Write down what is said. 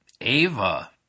Ava